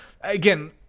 Again